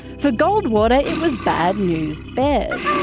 for goldwater, it was bad news bears